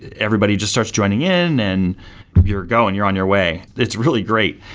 everybody just starts joining in, and you're going, you're on your way. it's really great.